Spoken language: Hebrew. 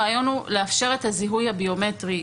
הרעיון הוא לאפשר את הזיהוי הביומטרי,